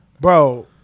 Bro